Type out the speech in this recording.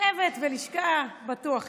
צוות ולשכה בטוח יהיו,